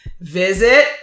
visit